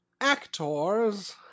actors